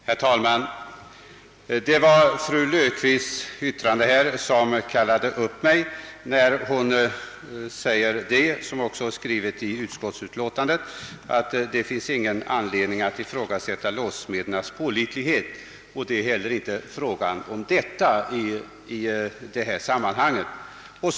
Herr talman! Det är fru Löfqvists yttrande som kallar upp mig till genmäle. Hon säger — och det står också skrivet i utskottsutlåtandet — att det inte finns någon anledning att ifrågasätta låssmedernas pålitlighet och det är rätt, men det är inte det som det är fråga om.